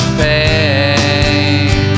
pain